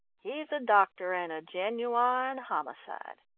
he's a doctor and a genuine homicide.